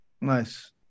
Nice